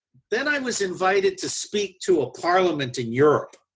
then i was invited to speak to a parliament in europe.